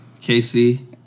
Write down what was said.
Casey